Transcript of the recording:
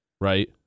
Right